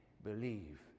Believe